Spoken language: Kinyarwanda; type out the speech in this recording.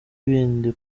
bindi